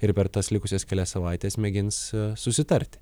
ir per tas likusias kelias savaites mėgins susitarti